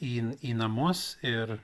į į namus ir